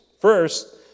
First